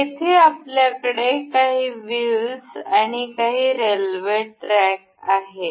येथे आपल्याकडे काही व्हीलस आणि काही रेल्वे ट्रॅक आहेत